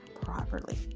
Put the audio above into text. properly